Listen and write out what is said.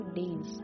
days